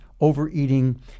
overeating